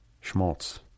schmaltz